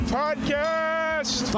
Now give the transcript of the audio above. podcast